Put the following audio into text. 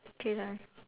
okay lah